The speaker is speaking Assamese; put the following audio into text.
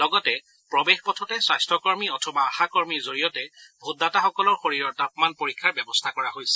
লগতে প্ৰৱেশ পথতে স্বাস্থকৰ্মী অথবা আশাকৰ্মীৰ জৰিয়তে ভোটদাতাসকলৰ শৰীৰৰ তাপমান পৰীক্ষাৰ ব্যৱস্থা কৰা হৈছে